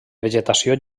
vegetació